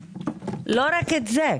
לא רק את זה.